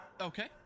Okay